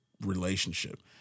relationship